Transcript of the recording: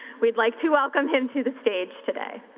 we'd like to welcome him to the stage today.